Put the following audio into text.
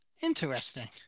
Interesting